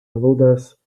ludas